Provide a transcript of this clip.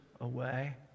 away